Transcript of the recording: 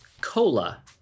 cola